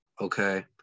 okay